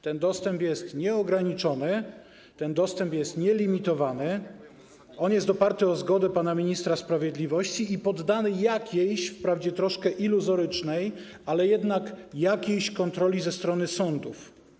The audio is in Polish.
Ten dostęp jest nieograniczony, ten dostęp jest nielimitowany, on jest oparty na zgodzie pana ministra sprawiedliwości i poddany jakiejś wprawdzie troszkę iluzorycznej, ale jednak kontroli ze strony sądów.